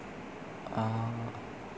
ah